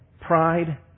pride